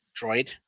droid